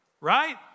Right